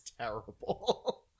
terrible